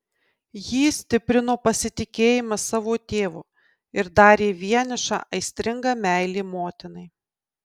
jį stiprino pasitikėjimas savo tėvu ir darė vienišą aistringa meilė motinai